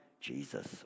Jesus